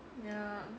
ya